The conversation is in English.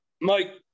Mike